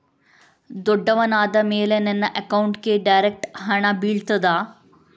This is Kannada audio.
ದೊಡ್ಡವನಾದ ಮೇಲೆ ನನ್ನ ಅಕೌಂಟ್ಗೆ ಡೈರೆಕ್ಟ್ ಹಣ ಬೀಳ್ತದಾ?